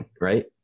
right